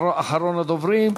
אחרון הדוברים.